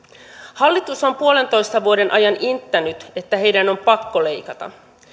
hallitus on yhden pilkku viiden vuoden ajan inttänyt että heidän on pakko leikata